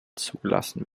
zugelassen